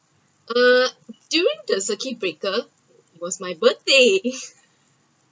uh during the circuit breaker was my birthday